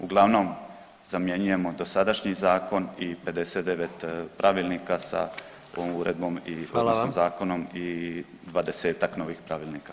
Uglavnom, zamjenjujemo dosadašnji zakon i 59 pravilnika sa ovom uredbom i … [[Govornik se ne razumije]] zakonom i 20-tak novih pravilnika